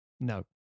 No